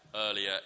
earlier